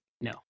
no